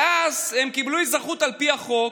הם קיבלו אזרחות על פי החוק,